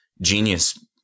genius